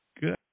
good